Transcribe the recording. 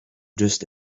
just